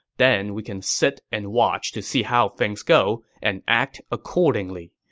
then we can sit and watch to see how things go and act accordingly.